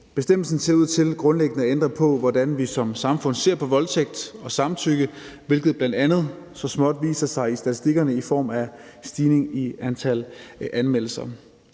Bestemmelsen ser ud til grundlæggende at ændre på, hvordan vi som samfund ser på voldtægt og samtykke, hvilket bl.a. så småt viser sig i statistikkerne i form af en stigning i antallet af anmeldelser.